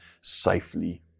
safely